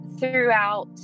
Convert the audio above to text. throughout